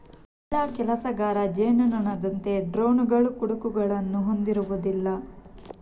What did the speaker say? ಮಹಿಳಾ ಕೆಲಸಗಾರ ಜೇನುನೊಣದಂತೆ ಡ್ರೋನುಗಳು ಕುಟುಕುಗಳನ್ನು ಹೊಂದಿರುವುದಿಲ್ಲ